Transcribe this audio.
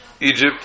Egypt